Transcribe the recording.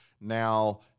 Now